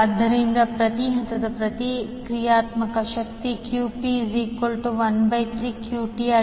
ಆದ್ದರಿಂದ ಪ್ರತಿ ಹಂತದ ಪ್ರತಿಕ್ರಿಯಾತ್ಮಕ ಶಕ್ತಿ QP13QT311